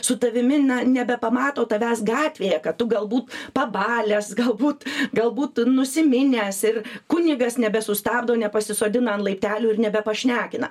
su tavimi nebepamato tavęs gatvėje kad tu galbūt pabalęs galbūt galbūt tu nusiminęs ir kunigas nebesustabdo nepasisodina ant laiptelių ir nebepašnekina